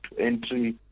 entry